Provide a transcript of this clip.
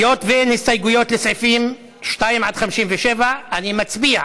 היות שאין הסתייגויות לסעיפים 2 57, נצביע